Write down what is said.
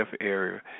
area